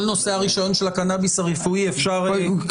כל נושא הרישיון של הקנאביס הרפואי אפשר --- כן.